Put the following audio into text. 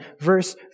verse